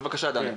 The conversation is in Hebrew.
בבקשה דני.